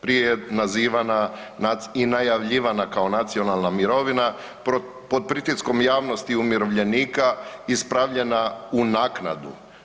Prije nazivana i najavljivana kao nacionalna mirovina, pod pritiskom javnosti umirovljenika, ispravljena u naknadu.